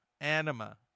Anima